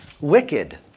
wicked